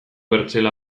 bertzela